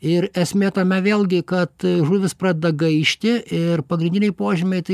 ir esmė tame vėlgi kad žuvys pradeda gaišti ir pagrindiniai požymiai tai